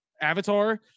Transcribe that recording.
Avatar